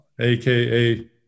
aka